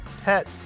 pet